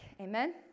amen